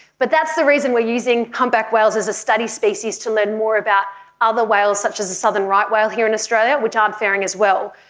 but that's the reason we are using humpback whales as a study species, to learn more about ah other whales such as the southern right whale here in australia which aren't faring as well.